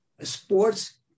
sports